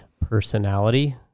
personality